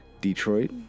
Detroit